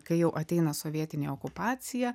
kai jau ateina sovietinė okupacija